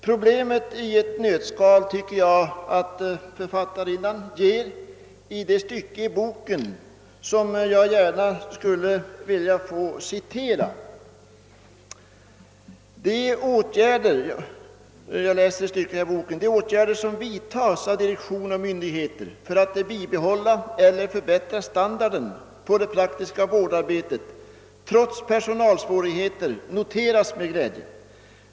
Problemet i ett nötskal ger författarinnan enligt min mening i ett avsnitt i boken som jag gärna vill få citera: »De åtgärder som vidtas av direktion och myndigheter för att bibehålla eller förbättra standarden på det praktiska vårdarbetet trots personalsvårigheter noteras med glädje.